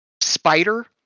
spider